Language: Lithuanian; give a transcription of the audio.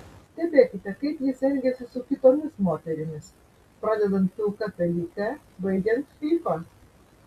stebėkite kaip jis elgiasi su kitomis moterimis pradedant pilka pelyte baigiant fyfa